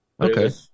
Okay